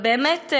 ובאמת,